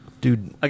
Dude